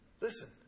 Listen